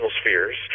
spheres